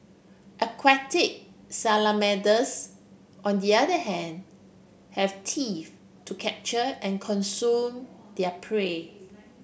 aquatic salamanders on the other hand have teeth to capture and consume their prey